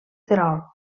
terol